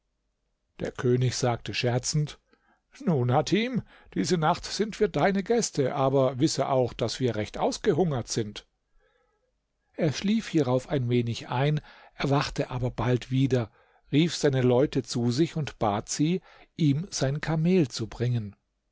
der könig sagte scherzend nun hatim diese nacht sind wir deine gäste aber wisse auch daß wir recht ausgehungert sind er schlief hierauf ein wenig ein erwachte aber bald wieder rief seine leute zu sich und bat sie ihm sein kamel zu bringen